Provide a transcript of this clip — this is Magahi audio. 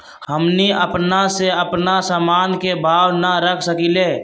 हमनी अपना से अपना सामन के भाव न रख सकींले?